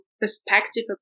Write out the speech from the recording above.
perspective